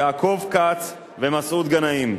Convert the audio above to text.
יעקב כץ ומסעוד גנאים.